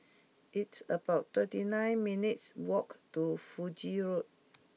it's about thirty nine minutes' walk to Fiji Road